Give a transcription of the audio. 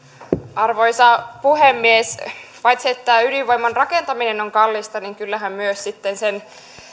arvoisa puhemies paitsi että ydinvoiman rakentaminen on kallista niin kyllähän sitten myös sen